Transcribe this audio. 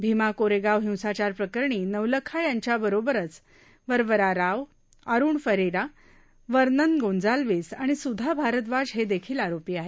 भीमा कोरेगाव हिंसाचार प्रकरणी नवलखा यांच्याबरोबरच वरबरा राव अरुण फेरिरा वर्नन गोन्साल्वीस आणि सुधा भारझाज हे देखील आरोपी आहेत